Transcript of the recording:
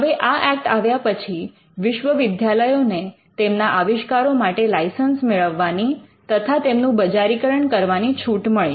હવે આ ઍક્ટ આવ્યા પછી વિશ્વવિદ્યાલયોને તેમના આવિષ્કારો માટે લાઇસન્સ મેળવવાની તથા તેમનું બજારીકરણ કરવાની છૂટ મળી